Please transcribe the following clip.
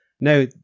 Now